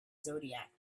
zodiac